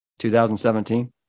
2017